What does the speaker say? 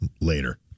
later